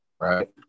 Right